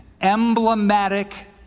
Emblematic